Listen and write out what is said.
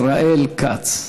ישראל כץ.